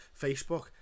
Facebook